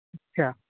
اچھا